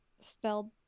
Spelled